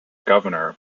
governor